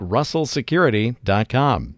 RussellSecurity.com